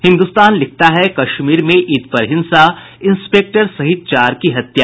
हिन्दुस्तान लिखता है कश्मीर में ईद पर हिंसा इंस्पेक्टर सहित चार की हत्या